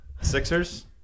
Sixers